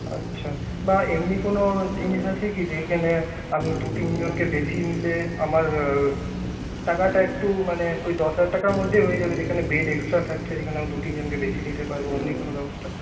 আচ্ছা বা এমনি কোনো জিনিস আছে কি যেখানে আমি দুতিনজনকে বেশি নিলে আমার টাকাটা একটু মানে ওই দশ হাজার টাকার মধ্যেই হয়ে যাবে যেখানে বেড এক্সট্রা থাকছে যেখানে আমি দুতিনজনকে বেশি নিতে পারবো ওমনি কোনো ব্যবস্থা